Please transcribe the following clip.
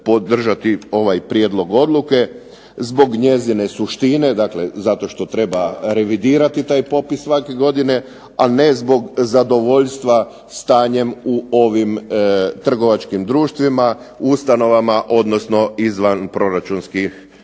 podržati ovaj prijedlog odluke zbog njezine suštine, dakle zato što treba revidirati taj popis svake godine, a ne zbog zadovoljstva stanjem u ovim trgovačkim društvima, ustanovama, odnosno izvanproračunskim